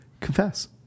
Confess